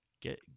Get